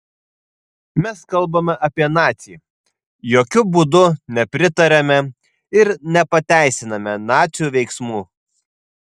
mes kalbame apie nacį jokiu būdu nepritariame ir nepateisiname nacių veiksmų